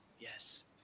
yes